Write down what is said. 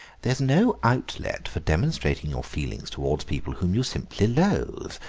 there is no outlet for demonstrating your feelings towards people whom you simply loathe.